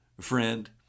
Friend